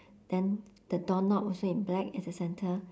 then the doorknob also in black as a centre